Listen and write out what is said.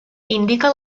indica